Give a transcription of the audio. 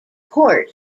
court